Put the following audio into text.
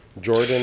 Jordan